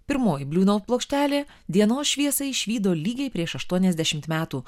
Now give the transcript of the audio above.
pirmoji bliu naut plokštelė dienos šviesą išvydo lygiai prieš aštuoniasdešimt metų